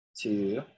two